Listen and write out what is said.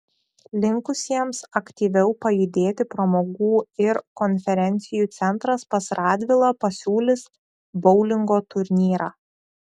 linkusiems aktyviau pajudėti pramogų ir konferencijų centras pas radvilą pasiūlys boulingo turnyrą